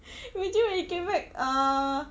imagine when he came back uh